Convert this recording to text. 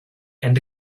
and